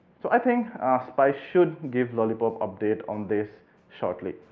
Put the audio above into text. so i think ah spice should give lollipop update on this shortly.